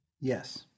Yes